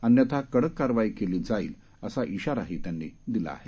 अन्यथा कडक कारवाई केली जाईल असा खााराही त्यांनी दिला आहे